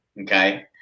Okay